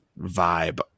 vibe